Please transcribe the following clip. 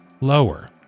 lower